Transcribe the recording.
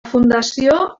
fundació